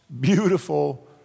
beautiful